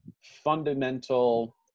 fundamental